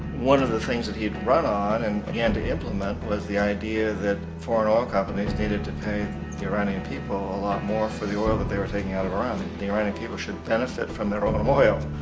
one of the things that he brought on and began to implement was the idea that foreign oil companies needed to pay the iranian people a lot more for the oil that they were taking out of iran and the iranian people should benefit from their own oil.